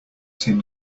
tin